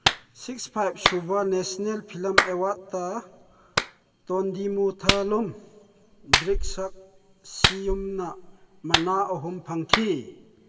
six five ꯁꯨꯕ national film ꯑꯦꯋꯥꯔꯠꯇ ꯇꯣꯟꯗꯤꯃꯨꯊꯥꯂꯨꯝ ꯗ꯭ꯔꯤꯛꯁꯛꯁꯤꯌꯨꯝꯅ ꯃꯅꯥ ꯑꯍꯨꯝ ꯐꯪꯈꯤ